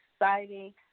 exciting